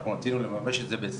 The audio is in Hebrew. אנחנו רצינו להתחיל לממש את זה ב-2021